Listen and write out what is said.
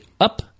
up